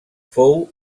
fou